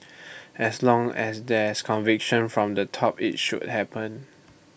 as long as there's conviction from the top IT should happen